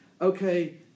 okay